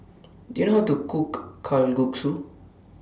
Do YOU know How to Cook Kalguksu